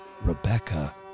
Rebecca